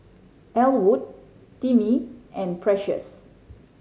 Ellwood Timmie and Precious